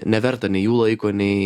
neverta nei jų laiko nei nei nei